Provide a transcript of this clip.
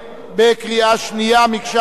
בקריאה שנייה מקשה אחת.